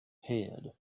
head